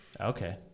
Okay